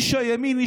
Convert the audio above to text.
איש הימין,